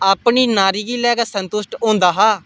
अपनी नारी गी लेइयै संतुष्ट होंदा हा